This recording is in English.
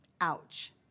Ouch